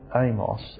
Amos